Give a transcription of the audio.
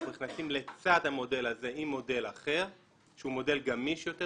ואנחנו נכנסים לצד המודל הזה עם מודל אחר שהוא מודל גמיש יותר,